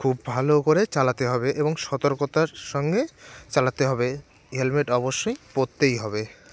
খুব ভালো করে চালাতে হবে এবং সতর্কতার সঙ্গে চালাতে হবে হেলমেট অবশ্যই পরতেই হবে